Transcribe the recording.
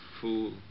fool